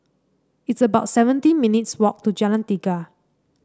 it's about seventeen minutes' walk to Jalan Tiga